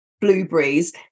blueberries